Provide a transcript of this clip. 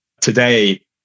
Today